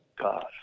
God